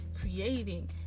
creating